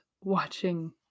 watching